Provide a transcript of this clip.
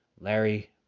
Larry